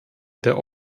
der